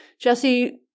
Jesse